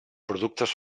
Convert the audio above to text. productes